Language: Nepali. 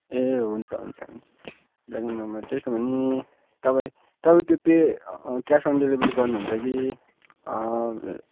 ए हुन्छ हुन्छ हुन्छ ब्ल्याक एन्ड वाइटमा त्यसो भने तपाईँ त्यो पे क्यास अन डेलिभरी गर्नुहुन्छ कि